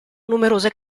numerose